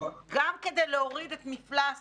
גם כדי להוריד את מפלס